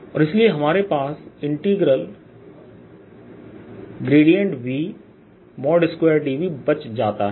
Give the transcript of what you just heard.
और इसलिए हमारे पास V2dV बच जाता है